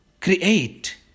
create